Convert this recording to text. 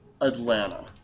Atlanta